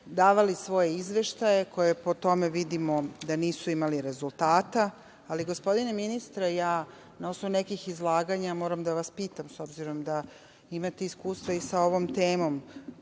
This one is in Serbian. davali svoje izveštaje koje po tome vidimo da nisu imali rezultata. Ali, gospodine ministre, na osnovu nekih izlaganja moram da vas pitam, s obzirom da imate iskustva sa ovo temom.